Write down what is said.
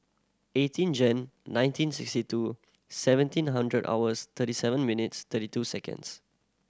eighteen Jan nineteen sixty two seventeen hundred hours thirty seven minutes thirty two seconds